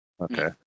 Okay